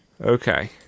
Okay